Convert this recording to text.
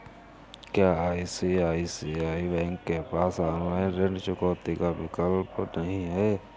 क्या ICICI bank के पास ऑनलाइन ऋण चुकौती का विकल्प नहीं है?